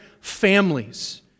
families